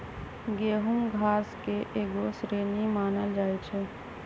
गेहूम घास के एगो श्रेणी मानल जाइ छै